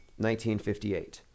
1958